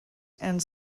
and